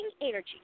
energy